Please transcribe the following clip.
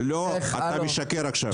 אתה משקר ומכפיש.